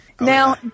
Now